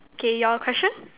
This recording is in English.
K your question